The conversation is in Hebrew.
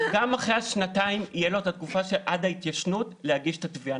גם אחרי השנתיים תהיה לו התקופה עד ההתיישנות להגיש את התביעה.